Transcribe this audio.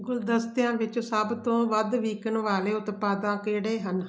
ਗੁਲਦਸਤਿਆਂ ਵਿੱਚ ਸੱਭ ਤੋਂ ਵੱਧ ਵਿਕਣ ਵਾਲੇ ਉਤਪਾਦ ਕਿਹੜੇ ਹਨ